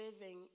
living